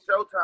showtime